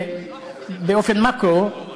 במקרו,